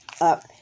up